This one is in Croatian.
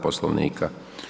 Poslovnika.